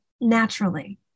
naturally